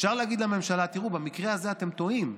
אפשר להגיד לממשלה: תראו, במקרה הזה אתם טועים.